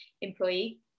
employee